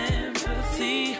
empathy